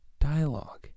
dialogue